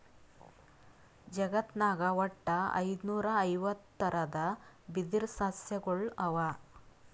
ಜಗತ್ನಾಗ್ ವಟ್ಟ್ ಐದುನೂರಾ ಐವತ್ತ್ ಥರದ್ ಬಿದಿರ್ ಸಸ್ಯಗೊಳ್ ಅವಾ